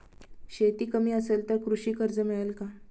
शेती कमी असेल तर कृषी कर्ज मिळेल का?